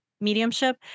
mediumship